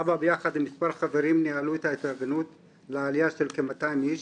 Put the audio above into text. אבא ביחד עם מספר חברים ניהלו את ההתארגנות לעלייה של כ-200 איש,